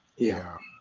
yeah,